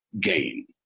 gain